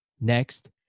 next